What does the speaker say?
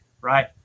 right